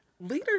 leaders